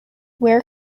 where